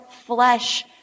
flesh